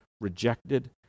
rejected